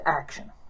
action